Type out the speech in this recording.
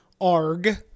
Arg